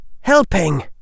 helping